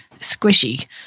squishy